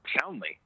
soundly